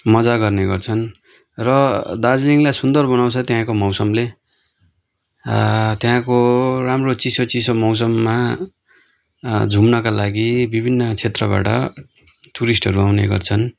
मज्जा गर्ने गर्छन् र दार्जिलिङलाई सुन्दर बनाउँछ त्यहाँको मौसमले त्यहाँको राम्रो चिसो चिसो मौसममा झुम्नका लागि विभिन्न क्षेत्रबाट टुरिस्टहरू आउने गर्छन्